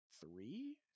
three